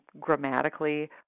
grammatically